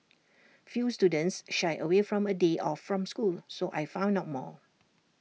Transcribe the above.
few students shy away from A day off from school so I found out more